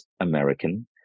American